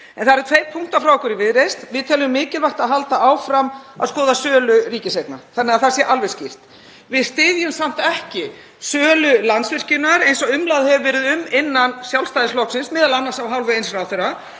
Það eru tveir punktar frá okkur í Viðreisn. Við teljum mikilvægt að halda áfram að skoða sölu ríkiseigna þannig að það sé alveg skýrt. Við styðjum samt ekki sölu Landsvirkjunar eins og umræða hefur verið um innan Sjálfstæðisflokksins, m.a. af hálfu eins ráðherra,